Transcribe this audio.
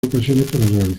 ocasiones